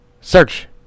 Search